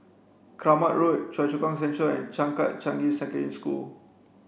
Kramat Road Choa Chu Kang Central and Changkat Changi Secondary School